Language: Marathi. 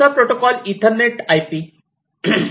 पुढचा प्रोटोकॉल ईथरनेटआयपी EthernetIP